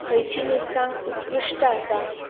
खंयची मिरसांग उत्कृश्ट आसा